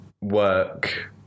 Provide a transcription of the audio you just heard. work